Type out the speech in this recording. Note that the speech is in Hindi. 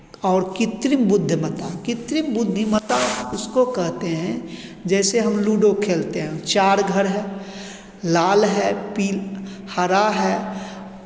और कृत्रिम बुद्धिमत्ता कृत्रिम बुद्धिमत्ता उसको कहते हैं जैसे हम लूडो खेलते हैं चार घर है लाल है पी हरा है